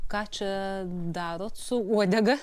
ką čia darot su uodega